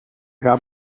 gab